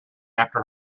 after